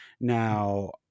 now